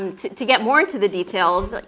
um to to get more into the details, but